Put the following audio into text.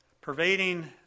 Pervading